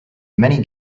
many